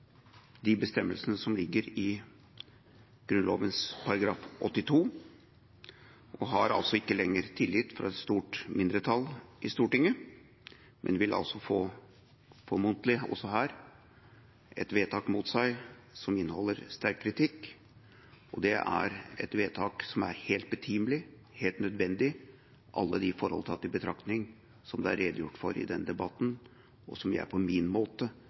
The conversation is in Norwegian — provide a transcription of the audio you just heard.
de bestemmelsene som ligger i Grunnloven § 82. Han har altså ikke lenger tillit hos et stort mindretall i Stortinget, men vil få – formodentlig, også her – et vedtak mot seg som inneholder sterk kritikk, og det er et vedtak som er helt betimelig, helt nødvendig, alle de forhold tatt i betraktning som det er redegjort for i denne debatten, og som jeg på min måte